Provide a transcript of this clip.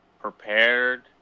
prepared